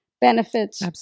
benefits